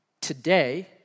today